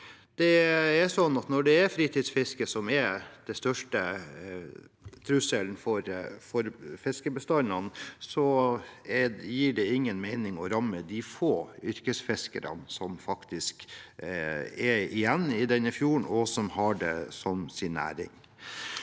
er fritidsfisket som er den største trusselen for fiskebestandene, gir det ingen mening å ramme de få yrkesfiskerne som faktisk er igjen i denne fjorden, og som har det som sin næring.